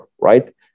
right